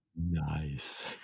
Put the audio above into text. Nice